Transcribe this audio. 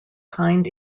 kind